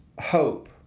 hope